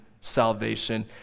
salvation